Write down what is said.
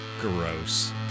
Gross